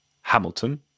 Hamilton